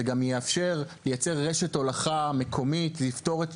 זה גם יאפשר, ייצר רשת הולכה מקומית, זה יפתור את